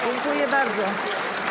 Dziękuję bardzo.